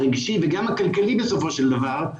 הרגשי וגם הכלכלי בסופו של דבר,